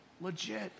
Legit